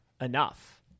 enough